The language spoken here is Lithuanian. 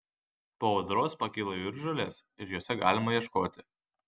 po audros pakyla jūržolės ir jose galima ieškoti